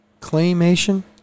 claymation